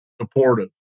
supportive